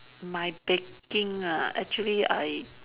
my baking ah actually I